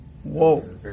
Whoa